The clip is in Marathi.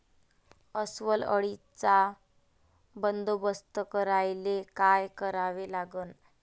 अस्वल अळीचा बंदोबस्त करायले काय करावे लागन?